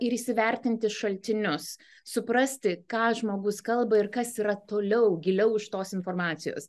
ir įsivertinti šaltinius suprasti ką žmogus kalba ir kas yra toliau giliau iš tos informacijos